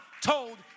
told